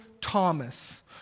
Thomas